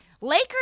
Lakers